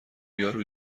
یارو